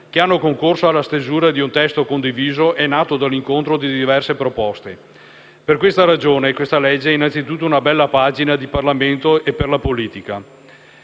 che hanno concorso alla stesura di un testo condiviso e nato dall'incontro di diverse proposte. Per questa ragione, questo provvedimento è innanzitutto una bella pagina per il Parlamento e per la politica.